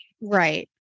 Right